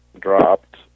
dropped